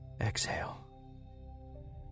Exhale